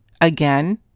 Again